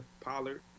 Pollard